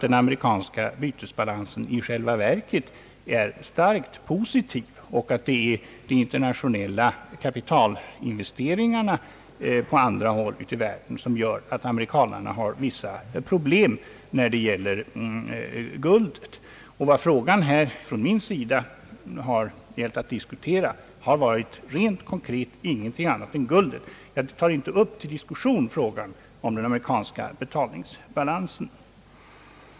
Den amerikanska bytesbalansen är i själva verket starkt positiv, och det är de internationella kapitalinvesteringarna på andra håll ute i världen, som gör att amerikanerna har vissa problem när det gäller guldet. Vad jag från min sida diskuterat har rent konkret varit frågan om guldet och ingenting annat. Jag tar inte upp till diskussion frågan om den amerikanska betalningsbalansen.